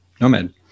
Nomad